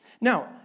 Now